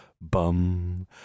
bum